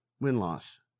Win-loss